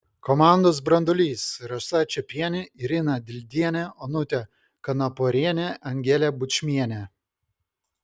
komandos branduolys rasa čepienė irina dildienė onutė kanaporienė angelė bučmienė